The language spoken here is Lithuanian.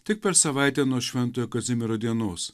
tik per savaitę nuo šventojo kazimiero dienos